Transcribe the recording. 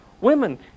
women